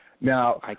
Now